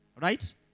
right